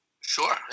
Sure